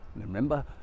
Remember